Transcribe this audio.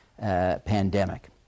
pandemic